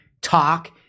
talk